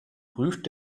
prüft